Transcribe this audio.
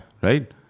right